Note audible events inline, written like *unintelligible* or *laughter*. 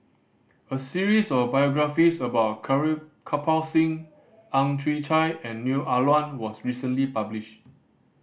a series of biographies about *unintelligible* Kirpal Singh Ang Chwee Chai and Neo Ah Luan was recently published